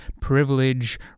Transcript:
privilege